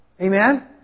Amen